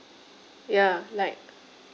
ya like